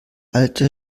alte